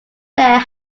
clare